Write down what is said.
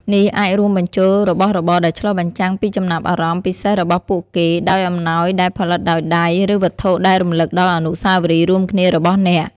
នេះអាចរួមបញ្ចូលរបស់របរដែលឆ្លុះបញ្ចាំងពីចំណាប់អារម្មណ៍ពិសេសរបស់ពួកគេ ដោយអំណោយដែលផលិតដោយដៃ ឬវត្ថុដែលរំលឹកដល់អនុស្សាវរីយ៍រួមគ្នារបស់អ្នក។